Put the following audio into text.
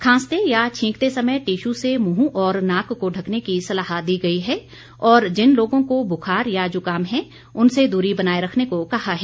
खांसते या छीकतें समय टीशू से मुंह और नाक को ढकने की सलाह दी गई है और जिन लोगों को बुखार या जुकाम है उनसे दूरी बनाए रखने को कहा है